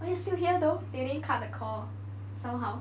but you still here though they didn't cut the call somehow